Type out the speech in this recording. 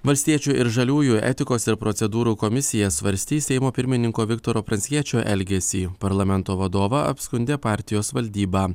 valstiečių ir žaliųjų etikos ir procedūrų komisija svarstys seimo pirmininko viktoro pranckiečio elgesį parlamento vadovą apskundė partijos valdyba